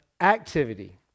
activity